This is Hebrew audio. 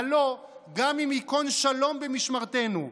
הלוא גם יכון שלום במשמרתנו,